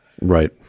right